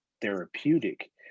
therapeutic